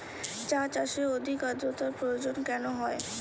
চা চাষে অধিক আদ্রর্তার প্রয়োজন কেন হয়?